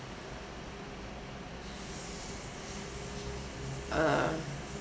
uh